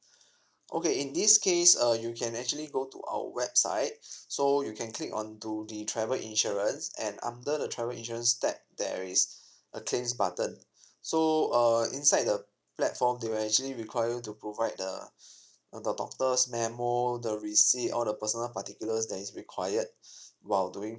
okay in this case uh you can actually go to our website so you can click onto the travel insurance and under the travel insurance tab there is a claims button so uh inside the platform they will actually require you to provide the uh the doctor's memo the receipt all the personal particulars that is required while doing